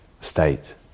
state